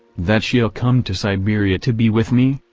that she'll come to siberia to be with me?